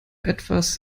etwas